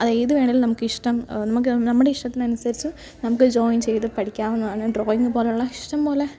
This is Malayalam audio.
അത് ഏതു വേണമെങ്കിലും നമുക്കിഷ്ടം നമുക്ക് നമ്മുടെ ഇഷ്ടത്തിനനുസരിച്ച് നമുക്ക് ജോയിൻ ചെയ്ത് പഠിക്കാവുന്നതാണ് ഡ്രോയിങ് പോലുള്ള ഇഷ്ടംപോലെ